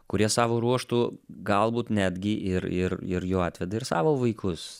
kurie savo ruožtu galbūt netgi ir ir ir jau atveda ir savo vaikus